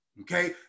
okay